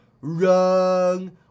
wrong